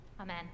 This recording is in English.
Amen